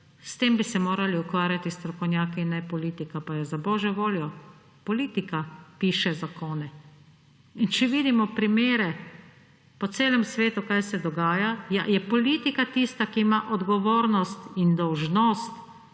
s tem morali ukvarjati strokovnjaki in ne politika. Pa ja za božjo voljo, politika piše zakone! In če vidimo primere po celem svetu, kaj se dogaja; ja, je politika tista, ki ima odgovornost in dolžnost